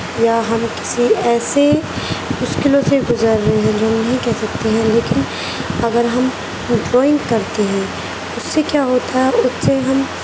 یا ہم کسی ایسے مشکلوں سے گزر رہے ہیں جو ہم نہیں کہہ سکتے ہیں لیکن اگر ہم ڈرائنگ کرتے ہیں اس سے کیا ہوتا ہے اس سے ہم